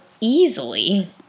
easily